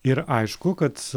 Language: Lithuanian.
ir aišku kad